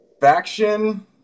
Faction